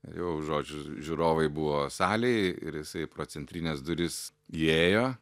jau žodžiu žiūrovai buvo salėj ir jisai pro centrines duris įėjo